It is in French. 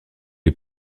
les